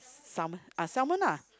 salsom uh salmon lah